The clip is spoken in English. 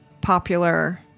popular